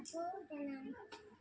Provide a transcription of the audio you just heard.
য পৰা